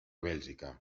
bèlgica